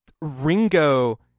Ringo